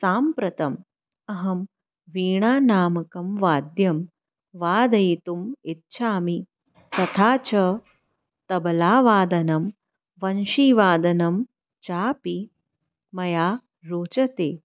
साम्प्रतम् अहं वीणानामकं वाद्यं वादयितुम् इच्छामि तथा च तबलावादनं वंशीवादनं चापि मया रोचते